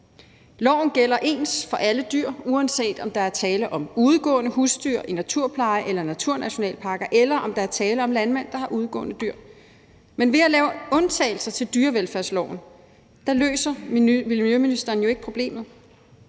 Loven gælder ens for alle dyr, uanset om der er tale om udegående husdyr i naturpleje eller naturnationalparker, eller der er tale om, at en landmand har udegående dyr. Men ved at lave undtagelser til dyrevelfærdsloven løser miljøministeren jo ikke problemet.